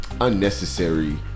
unnecessary